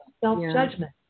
self-judgment